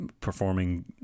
performing